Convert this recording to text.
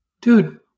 dude